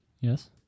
Yes